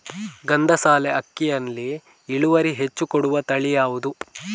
ಗಂಧಸಾಲೆ ಅಕ್ಕಿಯಲ್ಲಿ ಇಳುವರಿ ಹೆಚ್ಚು ಕೊಡುವ ತಳಿ ಯಾವುದು?